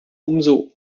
umso